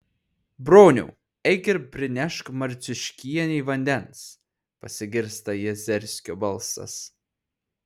broniau eik ir prinešk marciuškienei vandens pasigirsta jazerskio balsas